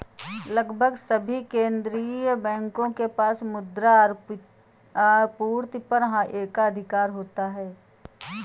लगभग सभी केंदीय बैंकों के पास मुद्रा आपूर्ति पर एकाधिकार होता है